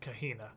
Kahina